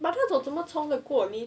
but 那种要怎么冲过去